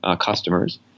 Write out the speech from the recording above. customers